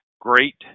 great